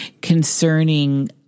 concerning